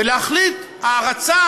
ולהחליט: ההרצה